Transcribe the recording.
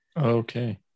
Okay